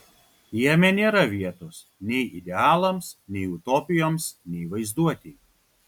jame nėra vietos nei idealams nei utopijoms nei vaizduotei